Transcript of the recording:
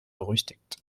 berüchtigt